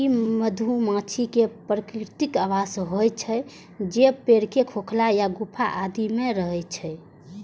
ई मधुमाछी के प्राकृतिक आवास होइ छै, जे पेड़ के खोखल या गुफा आदि मे रहै छै